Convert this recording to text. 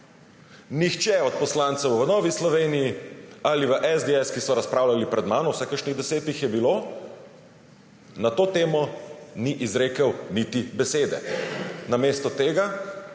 Nihče od poslancev v Novi Sloveniji ali v SDS, ki so razpravljali pred mano, vsaj kakšnih deset jih je bilo, na to temo ni izrekel niti besede. Namesto tega